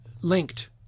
linked